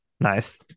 Nice